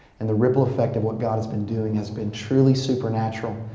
and the ripple effect at what god has been doing has been truly supernatural.